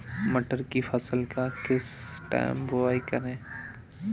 मटर की फसल का किस टाइम बुवाई करें?